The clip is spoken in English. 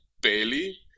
barely